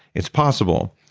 it's possible,